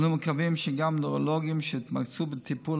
אנו מקווים שגם נוירולוגים שהתמקצעו בטיפול